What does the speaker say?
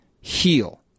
heal